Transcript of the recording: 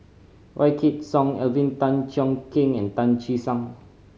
Wykidd Song Alvin Tan Cheong Kheng and Tan Che Sang